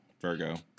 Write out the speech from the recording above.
Virgo